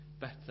better